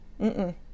Mm-mm